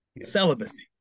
celibacy